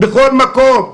בכל מקום.